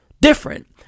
different